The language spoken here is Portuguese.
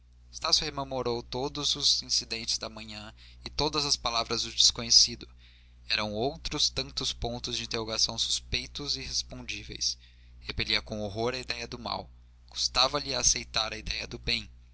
estácio rememorou todos os incidentes da manhã e todas as palavras do desconhecido eram outros tantos pontos de interrogação suspeitos e irrespondíveis repelia com horror a idéia do mal custava-lhe a aceitar a idéia do bem